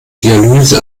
dialyse